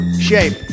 shape